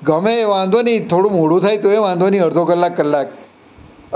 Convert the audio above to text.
ગમે તે વાંધો નહીં થોડું મોડું થાય તોય વાંધો નહીં અડધો કલાક કલાક